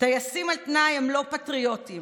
"טייסים על תנאי הם לא פטריוטים.